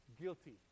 Guilty